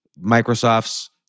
microsoft's